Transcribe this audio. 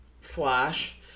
flash